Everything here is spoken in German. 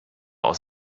aus